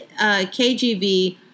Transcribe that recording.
KGV